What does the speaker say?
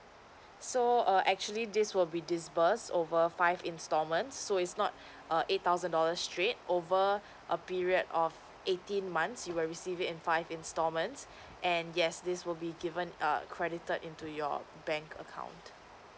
so err actually this will be disbursed over five installments so it's not err eight thousand dollar straight over a period of eighteen months you will receive in five installments and yes this will be given err credited into your bank account